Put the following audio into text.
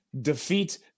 defeat